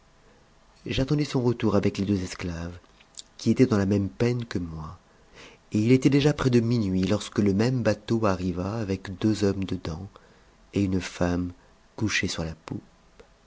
j'attendis son retour avec les deux esclaves qui étaient dans a même peine que moi et il était déjà près de minuit lorsque le même bateau arriva avec deux hommes dedans et une femme couchée sur la